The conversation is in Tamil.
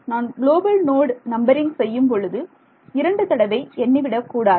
நான் குளோபல் நோடு நம்பரிங் செய்யும்பொழுது இரண்டு தடவை எண்ணிவிடக்கூடாது